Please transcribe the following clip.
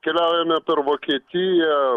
keliaujame per vokietiją